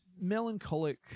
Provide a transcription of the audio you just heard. melancholic